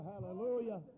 hallelujah